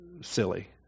silly